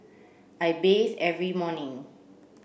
I bathe every morning